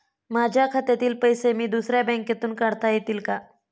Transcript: माझ्या खात्यातील पैसे मी दुसऱ्या बँकेतून काढता येतील का?